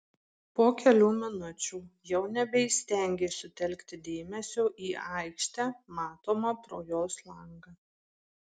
po kelių minučių jau nebeįstengė sutelkti dėmesio į aikštę matomą pro jos langą